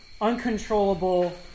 uncontrollable